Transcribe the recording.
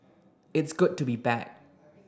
it's good to be back